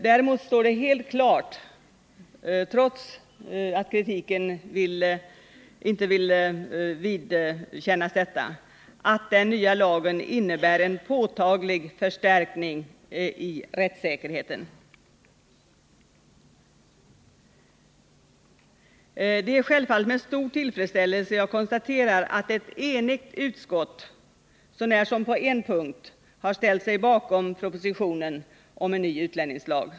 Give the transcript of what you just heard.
Däremot står det helt klart — trots att kritikerna inte vill erkänna Utlänningslagen är det instrument som vi kan använda när vi detta — att den nya lagen innebär en påtaglig förstärkning av rättssäkerheten. Det är sj älvfallet med stor tillfredsställelse jag konstaterar att ett enigt utskott —så när som på en punkt — har ställt sig bakom propositionen om en ny utlänningslag.